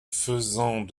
faisant